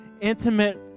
intimate